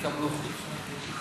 תקבלו חוץ.